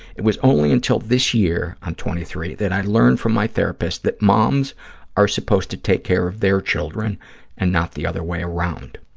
it was only until this year, i'm twenty three, that i learned from my therapist that moms are supposed to take care of their children and not the other way around.